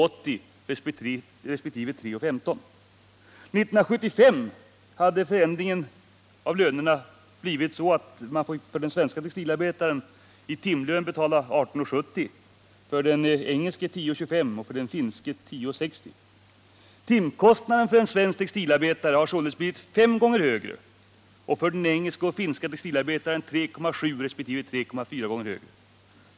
År 1975 hade lönerna förändrats så att man för den svenska textilarbetaren i timlön betalade 18:70 kr., för den engelska 10:25 kr. och för den finska 10:60. Timkostnaden för en svensk textilarbetare har således blivit fem gånger högre, för en engelsk och en finsk 3,7 resp. 3,4 gånger högre.